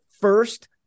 first